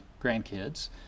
grandkids